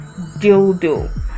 dildo